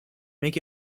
make